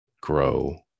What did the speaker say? grow